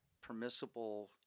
permissible